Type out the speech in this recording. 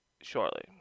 shortly